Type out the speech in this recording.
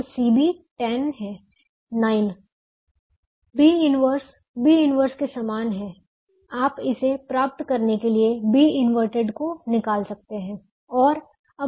अब CB 10 है 9 B 1 B 1 के समान है आप इसे प्राप्त करने के लिए B इनवर्टेड को निकाल सकते हैं